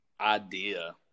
idea